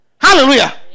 Hallelujah